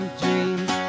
dreams